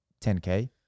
10K